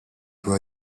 were